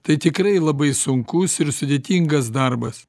tai tikrai labai sunkus ir sudėtingas darbas